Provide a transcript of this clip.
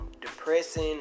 depressing